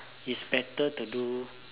is better to do